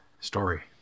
story